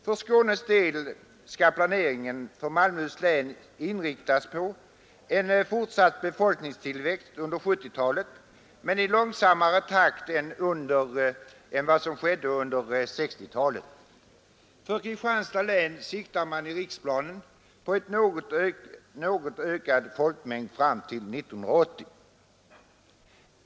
För Skånes del skall planeringen för Malmöhus län inriktas på en fortsatt befolkningstillväxt under 1970-talet i långsammare takt än under 1960-talet. För Kristianstads län siktar man i riksplanen på en något ökad folkmängd fram till 1980.